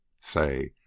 say